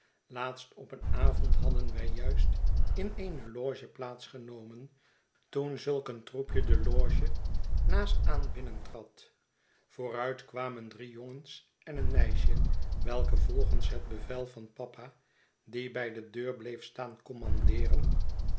laatst op een avond hadden wij juist in eene loge plaats genomen toen zuik een troepje de loge naastaan binnentrad vooruit kwamen drie jongens en een meisje welke volgens het bevel van papa die bij de deur bleef staan kommandeeren